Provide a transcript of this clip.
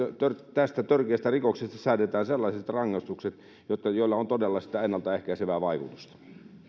tästä törkeästä rikoksesta säädetään sellaiset rangaistukset joilla on todella ennalta ehkäisevää vaikutusta